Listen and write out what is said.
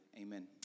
amen